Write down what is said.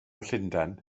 llundain